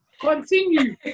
continue